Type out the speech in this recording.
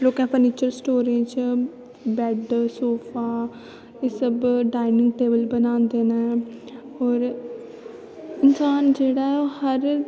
लोकैं फर्नीचर स्टोरैं च बैड्ड सोफा एह् सब डाईनिंग टेवल बनांदे नै होर इंसान जेह्ड़ा ऐ सब